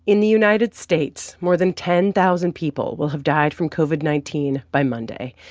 in the united states, more than ten thousand people will have died from covid nineteen by monday.